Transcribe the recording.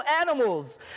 animals